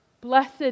Blessed